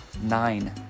nine